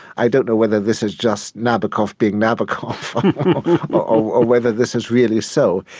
i don't know whether this is just nabokov being nabokov or whether this is really so.